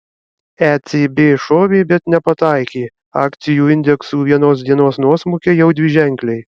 ecb šovė bet nepataikė akcijų indeksų vienos dienos nuosmukiai jau dviženkliai